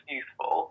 useful